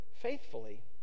faithfully